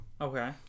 Okay